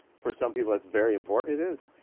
for some people that's very important. it is.